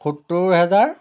সত্তৰ হেজাৰ